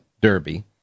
Derby